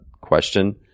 question